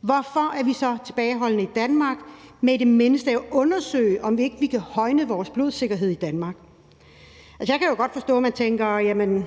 Hvorfor er vi i Danmark så tilbageholdende med i det mindste at undersøge, om ikke vi kan højne vores blodsikkerhed i Danmark? Jeg kan jo godt forstå, at man spørger,